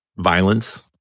violence